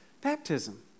baptism